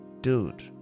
Dude